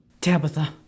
Tabitha